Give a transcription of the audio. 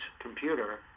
computer